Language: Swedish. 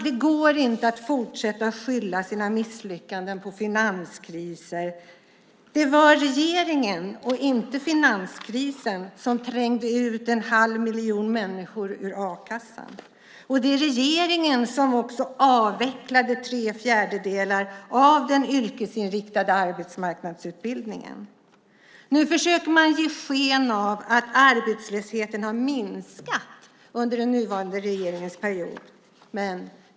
Det går inte att fortsätta att skylla sina misslyckanden på finanskriser. Det var regeringen och inte finanskrisen som trängde ut en halv miljon människor ur a-kassan. Det var också regeringen som avvecklade tre fjärdedelar av den yrkesinriktade arbetsmarknadsutbildningen. Nu försöker man ge sken av att arbetslösheten har minskat under den nuvarande regeringens period.